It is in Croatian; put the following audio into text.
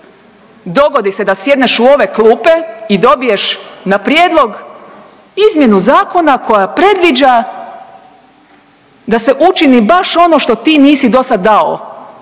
dogodi se da sjedneš u ove klupe i dobiješ na prijedlog izmjenu zakona koja predviđa da se učini baš ono što ti nisi dosad dao.